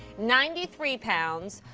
ninety three pounds,